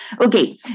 okay